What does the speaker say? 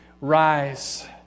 rise